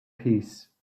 peace